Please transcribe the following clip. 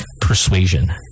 persuasion